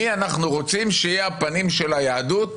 מי אנחנו רוצים שיהיו הפנים של היהדות,